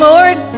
Lord